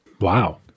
Wow